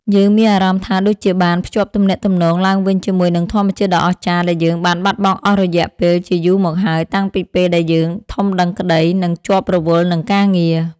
យើងមានអារម្មណ៍ថាដូចជាបានភ្ជាប់ទំនាក់ទំនងឡើងវិញជាមួយនឹងធម្មជាតិដ៏អស្ចារ្យដែលយើងបានបាត់បង់អស់រយៈពេលជាយូរមកហើយតាំងពីពេលដែលយើងធំដឹងក្ដី និង ជាប់រវល់នឹងការងារ។